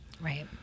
Right